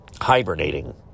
hibernating